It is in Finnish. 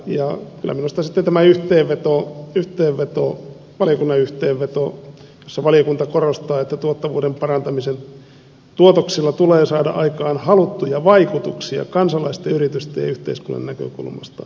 sitten on tämä valiokunnan yhteenveto jossa valiokunta korostaa että tuottavuuden parantamisessa tuotoksilla tulee saada aikaan haluttuja vaikutuksia kansalaisten yritysten ja yhteiskunnan näkökulmasta